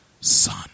son